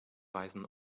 weisen